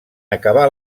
acabar